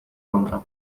contarnos